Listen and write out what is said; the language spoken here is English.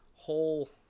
whole